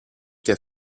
και